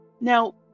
Now